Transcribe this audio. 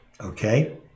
Okay